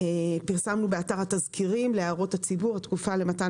פרסמנו באתר התזכירים להערות הציבור התקופה למתן